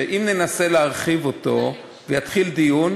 שאם ננסה להרחיב אותו ויתחיל דיון,